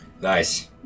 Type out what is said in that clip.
Nice